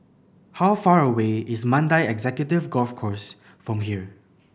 how far away is Mandai Executive Golf Course from here